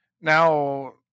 Now